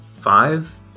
five